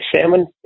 salmon